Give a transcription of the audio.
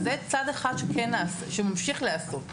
אז זה צד אחד שכן נעשה, שממשיך להיעשות.